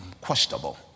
questionable